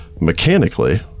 Mechanically